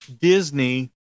Disney